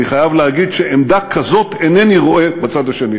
אני חייב להגיד שעמדה כזו אינני רואה בצד השני.